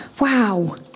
wow